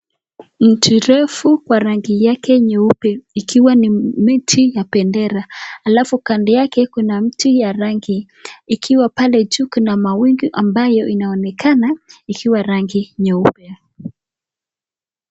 Miti refu kwa rangi yake nyeupe, ikiwa ni miti ya bendera, alafu kando yake Kuna miti ya rangi. Ikiwa pale juu kuna mawingu ambayo inaonekana ikiwa rangi nyeupe.